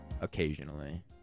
occasionally